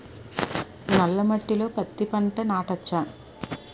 నల్ల మట్టిలో పత్తి పంట నాటచ్చా?